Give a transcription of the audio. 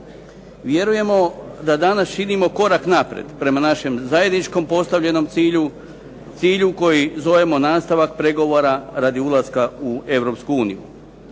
Vjerujemo da danas činimo korak naprijed prema našem zajedničkom postavljenom cilju, cilju koji zovemo nastavak pregovora radi ulaska u EU.